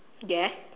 yes